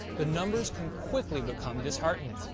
the numbers can quickly become disheartening.